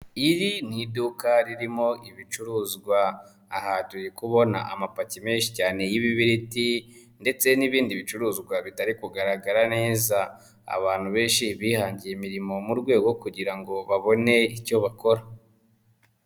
Iri ni iduka ririmo ibicuruzwa aha turi kubona amapaki menshi cyane y'ibibiriti ndetse n'ibindi bicuruzwa bitari kugaragara neza. Abantu benshi bihangiye imirimo mu rwego kugira ngo babone icyo bakora.